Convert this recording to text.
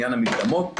עניין המקדמות.